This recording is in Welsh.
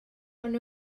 ond